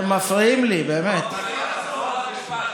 אני מבקש לאפשר לשר להמשיך.